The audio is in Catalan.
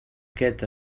aquest